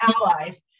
allies